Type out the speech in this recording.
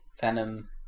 Venom